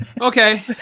okay